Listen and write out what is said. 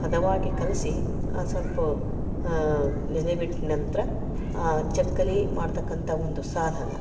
ಹದವಾಗಿ ಕಲಿಸಿ ಅದು ಸ್ವಲ್ಪ ನೆನೆ ಬಿಟ್ಟ ನಂತರ ಆ ಚಕ್ಕಲಿ ಮಾಡ್ತಕ್ಕಂಥಾ ಒಂದು ಸಾಧನ